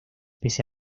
pese